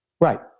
Right